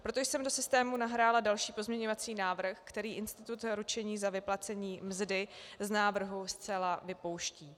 Proto jsem do systému nahrála další pozměňovací návrh, který institut ručení za vyplacení mzdy z návrhu zcela vypouští.